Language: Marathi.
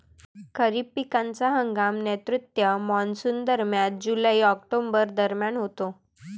खरीप पिकांचा हंगाम नैऋत्य मॉन्सूनदरम्यान जुलै ऑक्टोबर दरम्यान होतो